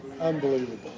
Unbelievable